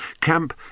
Camp